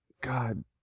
God